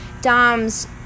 doms